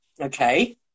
okay